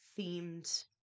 themed